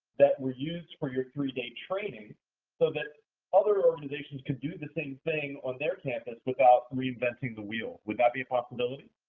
that were used for your three-day training so that other organizations could do the same thing on their campus without reinventing the wheel. would that be a possibility?